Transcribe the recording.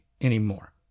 anymore